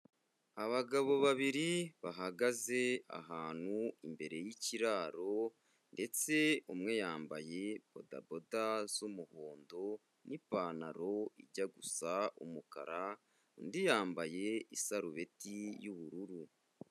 Abagabo babiri bahagaze ahantu imbere y'ikiraro ndetse umwe yambaye bodaboda z'umuhondo n'ipantaro ijya gusa umukara, undi yambaye isarubeti y'ubururu.